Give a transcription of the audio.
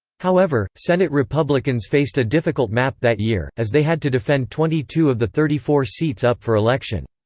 however, senate republicans faced a difficult map that year, as they had to defend twenty two of the thirty four seats up for election.